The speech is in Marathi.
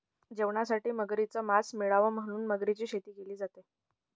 जेवणासाठी मगरीच मास मिळाव म्हणून मगरीची शेती केली जाते